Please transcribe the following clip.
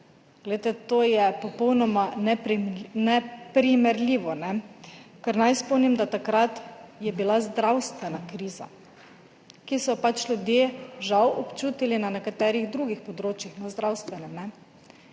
to je popolnoma neprimerljivo. Naj spomnim, da takrat je bila zdravstvena kriza, ki so jo ljudje žal občutili na nekaterih drugih področjih, na zdravstvenem.